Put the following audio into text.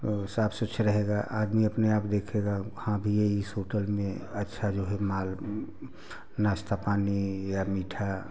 साफ स्वच्छ रहेगा आदमी अपने आप देखेगा वहाँ भी इस होटल में अच्छा जो है माल नाश्ता पानी या मीठा